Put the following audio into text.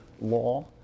law